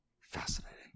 Fascinating